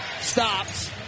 Stops